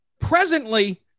Presently